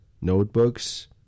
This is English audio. Notebooks